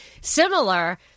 Similar